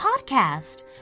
podcast